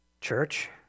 church